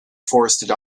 forested